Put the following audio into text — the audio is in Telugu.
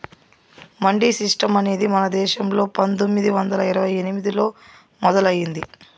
మండీ సిస్టం అనేది మన దేశంలో పందొమ్మిది వందల ఇరవై ఎనిమిదిలో మొదలయ్యింది